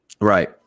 Right